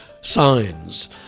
signs